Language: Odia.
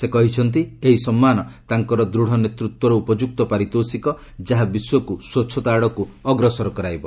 ସେ କହିଛନ୍ତି ଏହି ସମ୍ମାନ ତାଙ୍କର ଦୂଢ଼ ନେତୃତ୍ୱର ଉପଯୁକ୍ତ ପାରିତୋଷିକ ଯାହା ବିଶ୍ୱକ୍ ସ୍ୱଚ୍ଛତା ଆଡ଼କୁ ଅଗ୍ରସର କରାଇବ